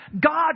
God